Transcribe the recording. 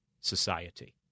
society